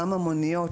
גם המוניות,